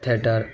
theatre